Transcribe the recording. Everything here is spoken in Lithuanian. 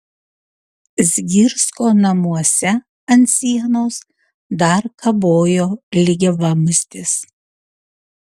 zgirsko namuose ant sienos dar kabojo lygiavamzdis